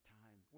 time